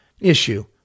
issue